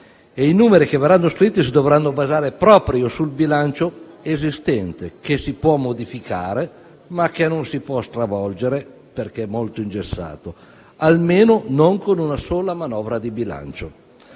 I numeri che verranno scritti si dovranno basare proprio sul bilancio esistente, che si può modificare, ma che non si può stravolgere perché è molto ingessato, almeno non con una sola manovra di bilancio.